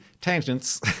tangents